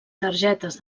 targetes